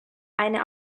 eine